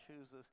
chooses